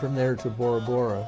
from there to bora bora